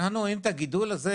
אנחנו רואים את הגידול הזה,